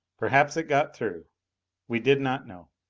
perhaps it got through we did not know.